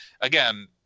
Again